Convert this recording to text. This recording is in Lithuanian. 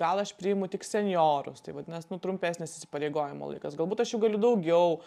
gal aš priimu tik senjorus tai vadinas nu trumpesnis įsipareigojimo laikas galbūt aš jų galiu daugiau